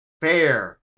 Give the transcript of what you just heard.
fair